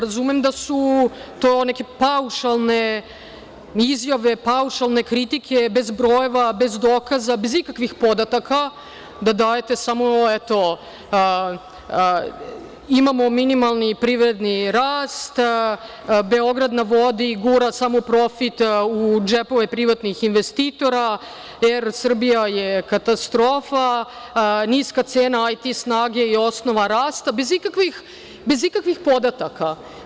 Razumem da su to neke paušalne izjave, paušalne kritike, bez brojeva, bez dokaza, bez ikakvih podataka, da dajete, samo, eto, imamo minimalni privredni rast, „Beograd na vodi“, gura samo profit u džepove privatnih investitora, Er Srbija je katastrofa, niska cena IT snage je osnova rasta, bez ikakvih podataka.